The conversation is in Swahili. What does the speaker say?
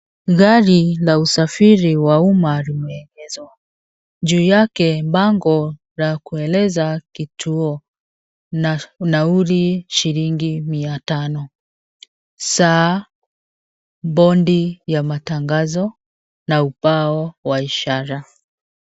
Gari la usafiri wa umma limeegeshwa. Juu yake bango la kueleza kituo na nauli shilingi mia tano. Saa, bodi ya matangazo na ubao wa ishara.